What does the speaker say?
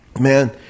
Man